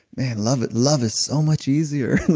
man love love is so much easier